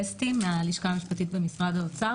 אסתי מהלשכה המשפטית במשרד האוצר,